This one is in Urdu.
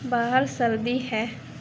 باہر سردی ہے